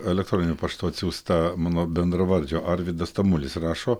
elektroniniu paštu atsiųstą mano bendravardžio arvydas tamulis rašo